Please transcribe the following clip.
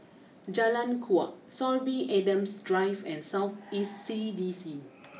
Jalan Kuak Sorby Adams Drive and South East C D C